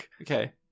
Okay